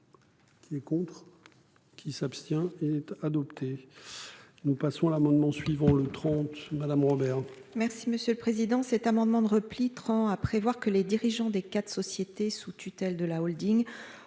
pour. Est contre. Qui s'abstient et adopté. Nous passons à l'amendement suivant le 30, madame Robert.